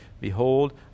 Behold